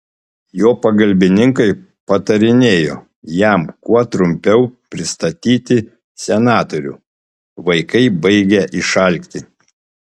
jo pagalbininkai patarinėjo jam kuo trumpiau pristatyti senatorių vaikai baigią išalkti